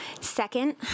Second